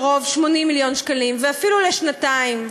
הקרוב 80 מיליון שקלים ואפילו לשנתיים,